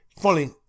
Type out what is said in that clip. Funny